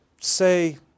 say